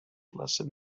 lesson